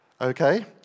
okay